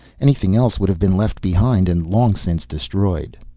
anything else would have been left behind and long since destroyed.